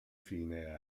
fine